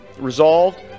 Resolved